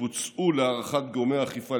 להערכת גורמי האכיפה,